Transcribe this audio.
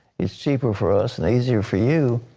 it's cheap rer for us and easier for you.